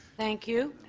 thank you.